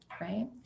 right